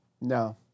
No